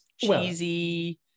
cheesy